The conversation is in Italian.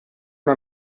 una